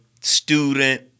student